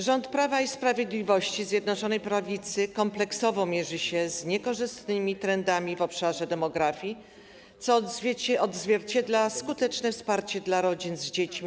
Rząd Prawa i Sprawiedliwości, Zjednoczonej Prawicy kompleksowo mierzy się z niekorzystnymi trendami w obszarze demografii, co odzwierciedla skuteczne wsparcie dla rodzin z dziećmi.